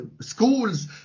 schools